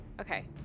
Okay